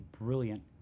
brilliant